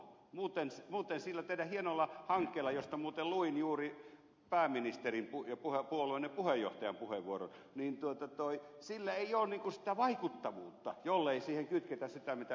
muuten sillä teidän hienolla hankkeellanne josta muuten luin juuri pääministerin ja puolueenne puheenjohtajan puheenvuorot ei ole niin kuin sitä vaikuttavuutta jollei siihen kytketä sitä mitä ed